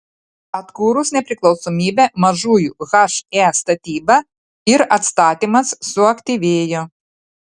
atkūrus nepriklausomybę mažųjų he statyba ir atstatymas suaktyvėjo